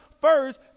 first